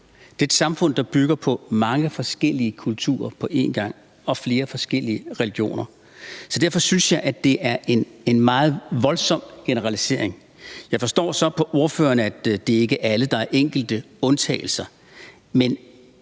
Det er et samfund, der bygger på mange forskellige kulturer på én gang og flere forskellige religioner. Så derfor synes jeg, at det er en meget voldsom generalisering. Jeg forstår så på ordføreren, at det ikke er alle, for der er enkelte undtagelser. Men